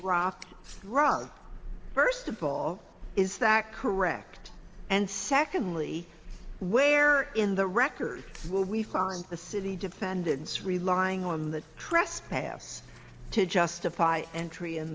rock wrong first of all is that correct and secondly where in the record will we find the city defendants relying on the trespass to justify entry in